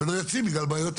ולא יוצאים בגלל בעיות תשתית?